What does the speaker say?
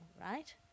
right